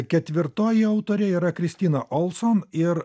ketvirtoji autorė yra kristina olson ir